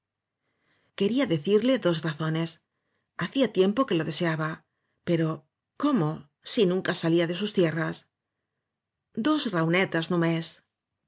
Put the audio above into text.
quería decirle clos razones hacía tiempo que lo deseaba pero cómo si nunca salía de sus tierras dos raonetes no mes